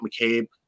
McCabe